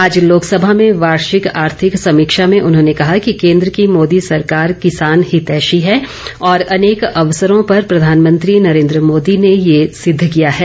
आज लोकसभा में वार्षिक आर्थिक समीक्षा में उन्होंने कहा कि कोन्द्र की मोदी सरकार किसान हितैर्षो है और अनेक अवसरों पर प्रधानमंत्री नरेन्द्र मोदी ने ये सिद्ध किया है